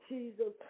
Jesus